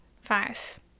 five